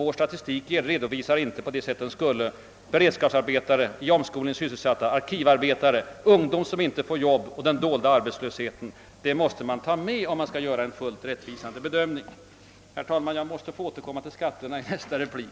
Vår statistik redovisar inte på det sätt den borde beredskapsarbetare, i omskolning sysselsatta, arkivarbetare, ungdom som inte får jobb och den dolda arbetslösheten. Detta måste man ta med för att kunna göra en fullt rättvisande bedömning. Herr talman! Jag måste återkomma till skatterna i nästa replik.